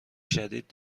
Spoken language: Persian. شدید